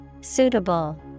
Suitable